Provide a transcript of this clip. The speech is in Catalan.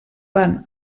van